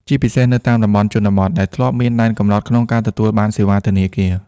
ជាពិសេសនៅតាមតំបន់ជនបទ ដែលធ្លាប់មានដែនកំណត់ក្នុងការទទួលបានសេវាធនាគារ។